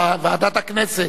ועדת הכנסת,